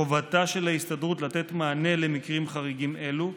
חובתה של ההסתדרות לתת מענה למקרים חריגים אלו,